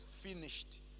finished